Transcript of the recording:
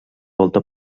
volta